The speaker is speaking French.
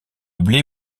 blé